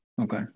Okay